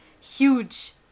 huge